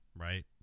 right